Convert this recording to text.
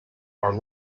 are